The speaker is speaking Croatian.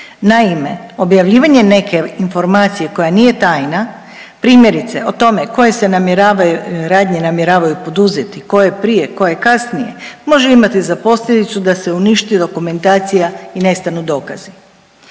Naime, objavljivanje neke informacije koja nije tajna primjerice o tome koje se namjeravaju, radnje namjeravaju poduzeti, koje prije, koje kasnije, može imati za posljedicu da se uništi dokumentacija i nestanu dokazi.